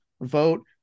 vote